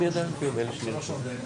הוא הצהרתי בשלושה מובנים.